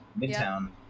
Midtown